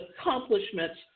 accomplishments